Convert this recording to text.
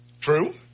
True